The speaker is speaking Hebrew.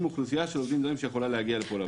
אוכלוסייה של עובדים זרים שיכולה להגיע לפה לעבוד.